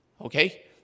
Okay